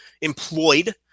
employed